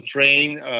train